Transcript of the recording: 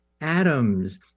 atoms